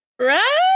Right